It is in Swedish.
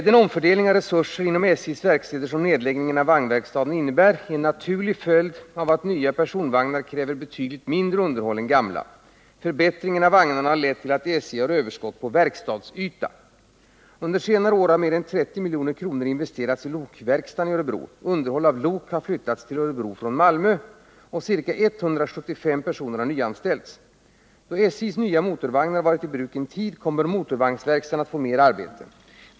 Den omfördelning av resurser inom SJ:s verkstäder som nedläggningen av vagnverkstaden innebär är en naturlig följd av att nya personvagnar kräver betydligt mindre underhåll än gamla. Förbättringen av vagnarna har lett till att SJ har överskott på verkstadsyta. Under senare år har mer än 30 milj.kr. investerats i lokverkstaden i Örebro, underhåll av lok har flyttats till Örebro från Malmö och ca 175 personer har nyanställts. Då SJ:s nya motorvagnar varit i bruk en tid kommer motorvagnsverkstaden att få mer arbete.